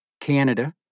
Canada